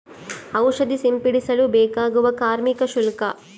ಔಷಧಿ ಸಿಂಪಡಿಸಲು ಬೇಕಾಗುವ ಕಾರ್ಮಿಕ ಶುಲ್ಕ?